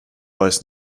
voice